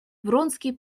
вронский